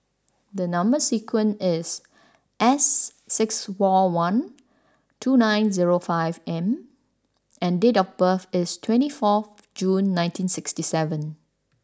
the number sequence is S six four one two nine zero five M and date of birth is twenty fourth June nineteen sixty seven